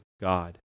God